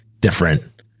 different